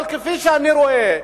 אבל כפי שאני רואה,